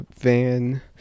Van